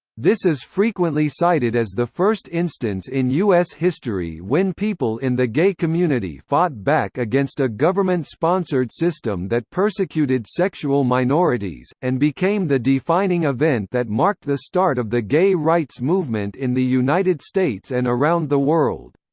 this is frequently cited as the first instance in us history when people in the gay community fought back against a government-sponsored system that persecuted sexual minorities, and became the defining event that marked the start of the gay rights movement in the united states and around the world.